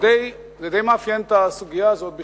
זה די מאפיין את הסוגיה הזאת בכלל,